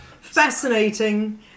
fascinating